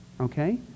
okay